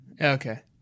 Okay